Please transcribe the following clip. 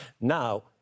Now